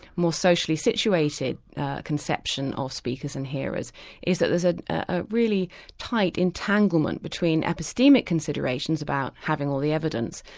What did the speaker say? more socially situated conception of speakers and hearers is that there's a ah really tight entanglement between epistemic considerations about having all the evidence,